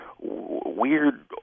weird